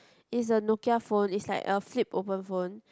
is a Nokia phone it's like a flip open phone